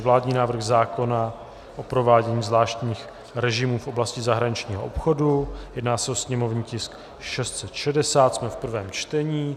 Vládní návrh zákona o provádění zvláštních režimů v oblasti zahraničního obchodu /sněmovní tisk 660/ prvé čtení